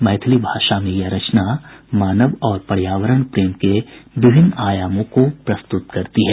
मैथिली भाषा में यह रचना मानव और पर्यावरण प्रेम के विभिन्न आयामों को प्रस्तुत करती है